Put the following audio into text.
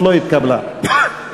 משרד הפנים